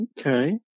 Okay